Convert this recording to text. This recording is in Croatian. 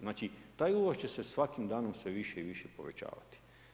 Znači taj uvoz će se svakim danom sve više i više povećavati.